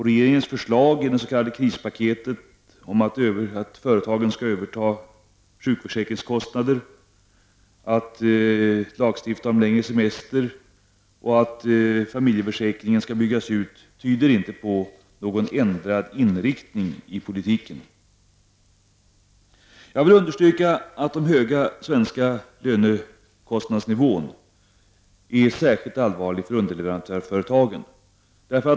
Regeringens förslag i det s.k. krispaketet om att företagen skall överta sjukförsäkringskostnader, om lagstiftning gällande längre semester och om att föräldraförsäkringen skall byggas ut tyder inte på någon ändrad inriktning av politiken. Jag vill understryka att den höga svenska lönekostnadsnivån är särskilt allvarlig för underleverantörsföretagen.